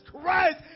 Christ